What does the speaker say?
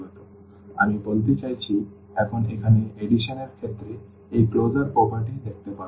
সুতরাং আমি বলতে চাইছি এখন এখানে সংযোজন এর ক্ষেত্রে এই ক্লোজার প্রপার্টিটি দেখতে পাবেন